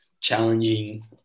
challenging